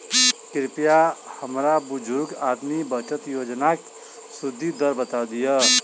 कृपया हमरा बुजुर्ग आदमी बचत योजनाक सुदि दर बता दियऽ